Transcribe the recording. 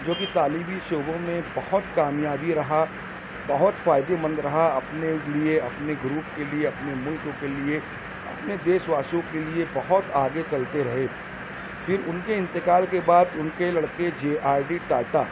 جو کہ تعلیمی شعبوں میں بہت کامیابی رہا بہت فائدے مند رہا اپنے لیے اپنے گروپ کے لیے اپنے ملک کے لیے اپنے دیش واسیوں کے لیے بہت آگے چلتے رہے پھر ان کے انتقال کے بعد ان کے لڑکے جے آر ڈی ٹاٹا